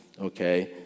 okay